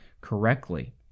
correctly